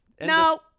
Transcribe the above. No